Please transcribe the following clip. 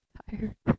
tired